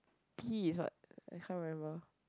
P is what I can't remember